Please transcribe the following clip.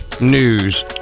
news